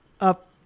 up